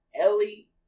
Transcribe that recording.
Ellie